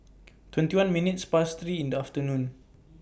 twenty one minutes Past three in The afternoon